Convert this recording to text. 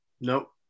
Nope